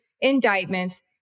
indictments